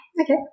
Okay